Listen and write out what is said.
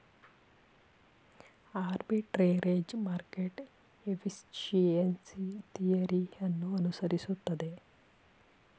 arbitrage market efficiency theory ಅನ್ನು ಅನುಸರಿಸುತ್ತದೆ